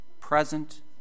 present